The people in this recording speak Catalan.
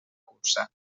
cursa